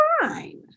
fine